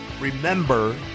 remember